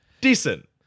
decent